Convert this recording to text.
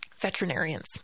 Veterinarians